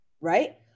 Right